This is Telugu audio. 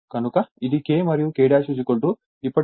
కాబట్టి ఇది K మరియు K ఇప్పటికే N1 N2 ఇవ్వబడింది